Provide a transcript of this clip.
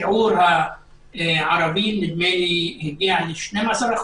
ששיעור הערבים הגיע ל-12%.